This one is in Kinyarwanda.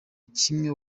kimwe